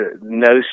No